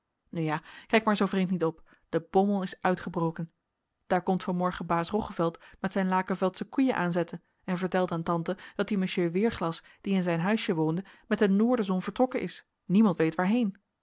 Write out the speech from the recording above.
nu ja kijk maar zoo vreemd niet op de bommel is uitgebroken daar komt van morgen baas roggeveld met zijn lakenveldsche koeien aanzetten en vertelt aan tante dat die monsieur weerglas die in zijn huisje woonde met de noorderzon vertrokken is niemand weet waarheen